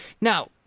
Now